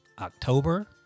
October